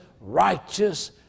righteous